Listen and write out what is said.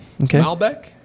Malbec